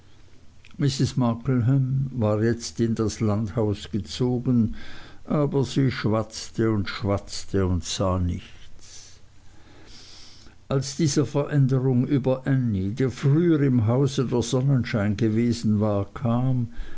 war jetzt in das landhaus gezogen aber sie schwatzte und schwatzte und sah nichts als diese veränderung über ännie die früher im hause der sonnenschein gewesen war kam